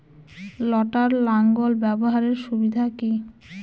লটার লাঙ্গল ব্যবহারের সুবিধা কি?